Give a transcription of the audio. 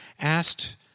asked